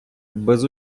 без